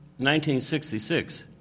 1966